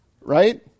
Right